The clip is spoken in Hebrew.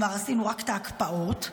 עשינו רק את ההקפאות.